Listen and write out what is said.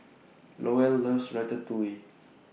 Lowell loves Ratatouille